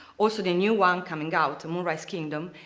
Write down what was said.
also the new one coming out, and moonrise kingdom,